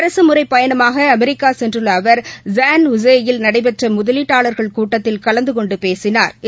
அரகமுறைப் பயணமாக அமெரிக்கா சென்றுள்ள அவர் ஸாள் ஹூசேயில் நடைபெற்ற முதலீட்டாளா்கள் கூட்டத்தில் கலந்து கொண்டு பேசினாா்